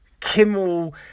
Kimmel